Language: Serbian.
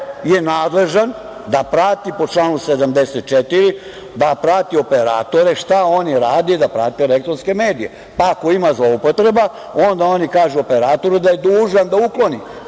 je nadležan da prati po članu 74. operatore šta oni rade i da prate elektronske medije, pa ako ima zloupotreba, onda oni kažu operatoru da je dužan da ukloni